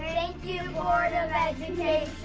thank you board of education.